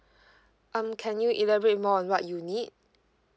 um can you elaborate more on what you need